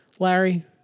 Larry